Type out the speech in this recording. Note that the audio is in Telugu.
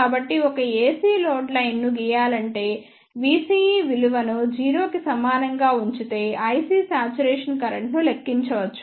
కాబట్టి ఒక AC లోడ్ లైన్ ను గీయాలంటే vCE విలువను 0 కి సమానం గా ఉంచితే iC శాచురేషన్ కరెంట్ ను లెక్కించవచ్చు